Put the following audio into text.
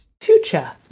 Future